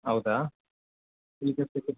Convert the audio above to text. ಹೌದಾ